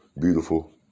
beautiful